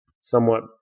somewhat